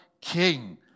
king